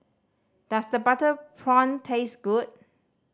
does the butter prawn taste good